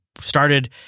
Started